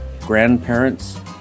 grandparents